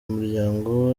umuryango